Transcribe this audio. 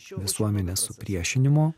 visuomenės supriešinimo